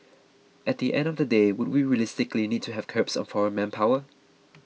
at the end of the day would we realistically need to have curbs on foreign manpower